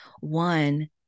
one